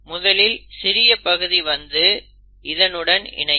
முதலில் சிறிய பகுதி வந்து இதனுடன் இணையும்